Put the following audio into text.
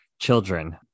children